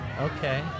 Okay